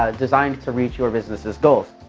ah designed to reach your business' goals.